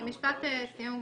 אוקיי, אז משפט סיום.